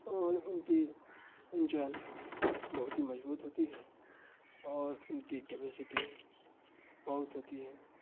اور ان کی انجن بہت ہی مضبوط ہوتی ہے اور ان کی کیپیسٹی بہت ہوتی ہے